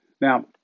Now